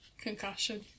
concussion